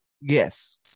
Yes